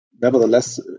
nevertheless